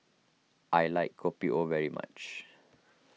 I like Kopi O very much